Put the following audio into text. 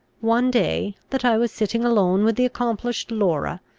one day, that i was sitting alone with the accomplished laura,